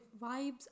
vibes